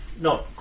No